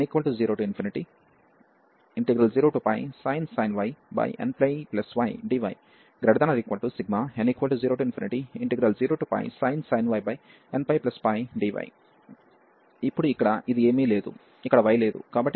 n00sin y nπydyn00sin y nππdy ఇప్పుడు ఇక్కడ ఇది ఏమీ లేదు ఇక్కడ y లేదు